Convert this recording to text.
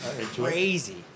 crazy